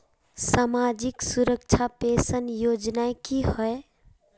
सामाजिक सुरक्षा पेंशन योजनाएँ की होय?